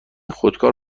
خودکار